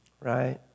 Right